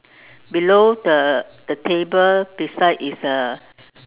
below the the table beside is uh